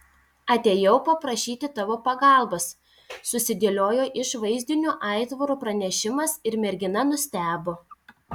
atėjau paprašyti tavo pagalbos susidėliojo iš vaizdinių aitvaro pranešimas ir mergina nustebo